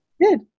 good